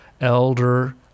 Elder